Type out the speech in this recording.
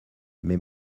mais